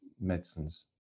medicines